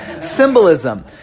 Symbolism